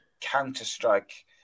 counter-strike